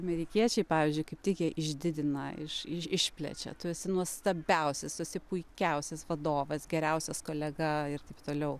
amerikiečiai pavyzdžiui kaip tik jie išdidina iš iš išplečia tu esi nuostabiausias tu si puikiausias vadovas geriausias kolega ir taip toliau